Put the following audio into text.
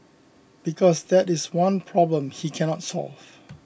because that is the one problem he cannot solve